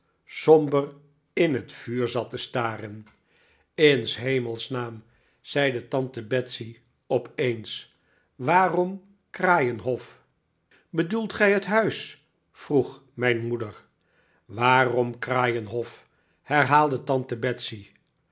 somber in het vuur zat te staren in s hemels naam zei tante betsey opeens waarom kraaienhof bedoelt gij het huis vroeg mijn moeder waarom kraaienhof herhaalde tante betsey